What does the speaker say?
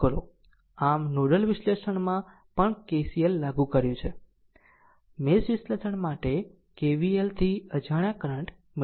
આમ નોડલ વિશ્લેષણમાં પણ KCL લાગુ પડ્યું છે મેશ વિશ્લેષણ માટે KVLથી અજાણ્યા કરંટ મેળવો